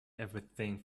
everything